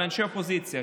מאנשי האופוזיציה,